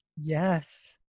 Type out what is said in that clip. Yes